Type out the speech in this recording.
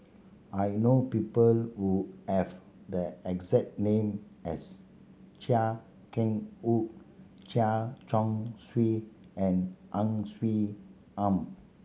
I know people who have the exact name as Chia Keng Hock Chen Chong Swee and Ang Swee Aun